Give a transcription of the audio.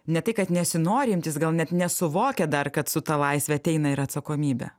ne tai kad nesinori imtis gal net nesuvokia dar kad su ta laisve ateina ir atsakomybė